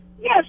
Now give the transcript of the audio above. Yes